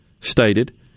stated